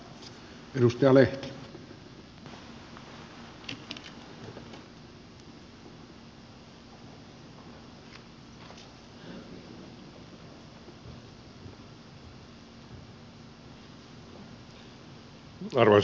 arvoisa herra puhemies